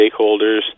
stakeholders